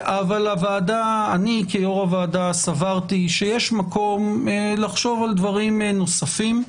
אני כיושב-ראש הוועדה סברתי שיש מקום לחשוב על דברים נוספים.